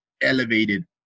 elevated